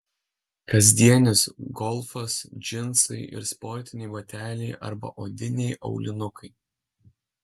kasdienis golfas džinsai ir sportiniai bateliai arba odiniai aulinukai